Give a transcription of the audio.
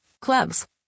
clubs